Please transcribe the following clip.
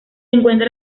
encuentra